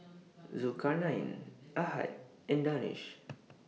Zulkarnain Ahad and Danish